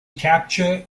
capture